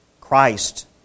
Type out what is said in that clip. Christ